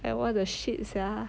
like what the shit sia